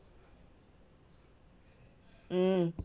mm